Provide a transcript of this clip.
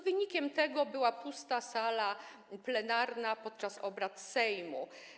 Wynikiem tego była pusta sala plenarna podczas obrad Sejmu.